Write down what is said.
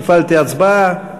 הפעלתי הצבעה.